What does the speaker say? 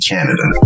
Canada